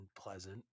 pleasant